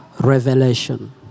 revelation